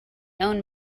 own